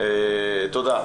תודה.